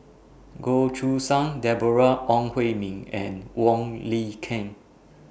Goh Choo San Deborah Ong Hui Min and Wong Lin Ken